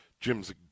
Jim's